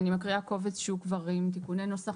אני מקריאה קובץ שהוא כבר עם תיקוני נוסח